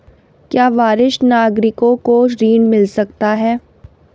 क्या वरिष्ठ नागरिकों को ऋण मिल सकता है?